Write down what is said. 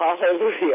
Hallelujah